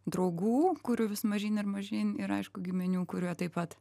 draugų kurių vis mažyn ir mažyn ir aišku giminių kurių taip pat